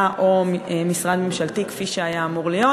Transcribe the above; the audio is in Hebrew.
או משרד ממשלתי כפי שהיה אמור להיות.